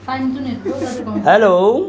hello